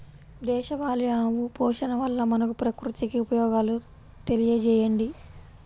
దేశవాళీ ఆవు పోషణ వల్ల మనకు, ప్రకృతికి ఉపయోగాలు తెలియచేయండి?